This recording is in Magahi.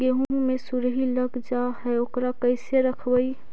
गेहू मे सुरही लग जाय है ओकरा कैसे रखबइ?